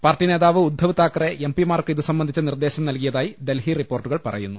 party നേതാവ് ഉദ്ധവ് താക്കറെ എം പിമാർക്ക് ഇതുസംബന്ധിച്ച നിർദേശം നൽകി യതായി ഡൽഹി റിപ്പോർട്ടുകൾ പറയുന്നു